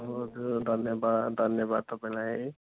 हजुर धन्यवाद धन्यवाद तपाईँलाई